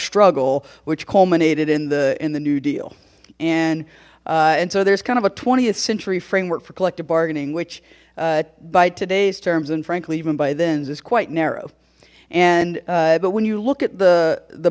struggle which culminated in the in the new deal and and so there's kind of a twentieth century framework for collective bargaining which by today's terms and frankly even by thenns is quite narrow and but when you look at the the